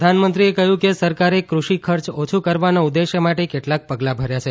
પ્રધાનમંત્રી કહ્યું કે સરકારે કૃષિ ખર્ચ ઓછું કરવાના ઉદ્દેશ્ય માટે કેટલાય પગલા ભર્યા છે